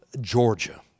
Georgia